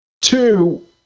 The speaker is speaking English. two